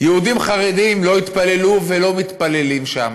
יהודים חרדים לא התפללו ולא מתפללים שם.